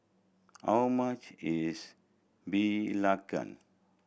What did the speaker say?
how much is belacan